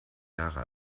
jahre